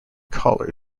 collar